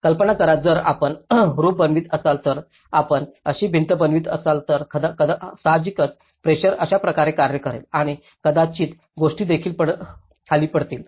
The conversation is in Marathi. कल्पना करा जर आपण रूफ बनवित असाल तर आपण अशी भिंत बनवित असाल तर साहजिकच प्रेशर अशा प्रकारे कार्य करेल आणि कदाचित गोष्टी येथे खाली पडतील